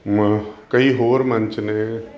ਮ ਕਈ ਹੋਰ ਮੰਚ ਨੇ